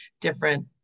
Different